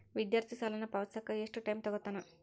ವಿದ್ಯಾರ್ಥಿ ಸಾಲನ ಪಾವತಿಸಕ ಎಷ್ಟು ಟೈಮ್ ತೊಗೋತನ